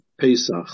Pesach